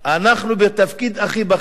אנחנו בתפקיד הכי בכיר.